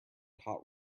hot